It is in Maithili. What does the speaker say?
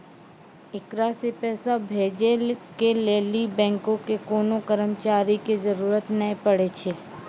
एकरा से पैसा भेजै के लेली बैंको के कोनो कर्मचारी के जरुरत नै पड़ै छै